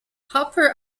hopper